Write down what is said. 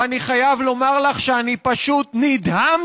ואני חייב לומר לך שאני פשוט נדהמתי,